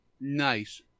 Nice